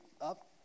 up